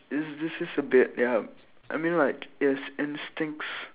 is this is a bit ya I mean like it is instincts